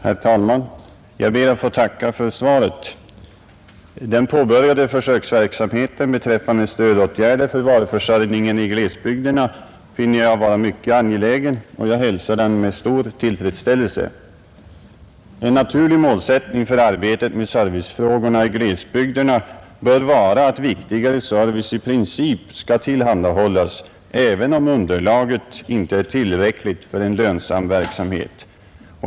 Herr talman! Jag ber att få tacka för svaret. Den påbörjade försöksverksamheten med stödåtgärder för varuförsörjningen i glesbygderna finner jag vara mycket angelägen, och jag hälsar den med stor tillfredsställelse. En naturlig målsättning för arbetet med servicefrågorna i glesbygderna bör vara att viktigare service i princip skall tillhandahållas även om underlaget inte är tillräckligt för en lönsam verksamhet.